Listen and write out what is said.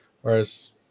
Whereas